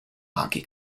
hockey